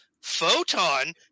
photon